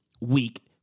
week